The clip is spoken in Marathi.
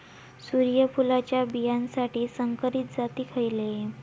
सूर्यफुलाच्या बियानासाठी संकरित जाती खयले?